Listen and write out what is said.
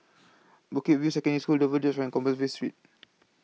Bukit View Secondary School Dover Drive and Compassvale Street